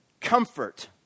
comfort